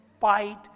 fight